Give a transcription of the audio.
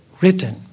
written